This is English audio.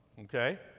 okay